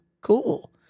Cool